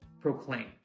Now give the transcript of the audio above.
proclaimed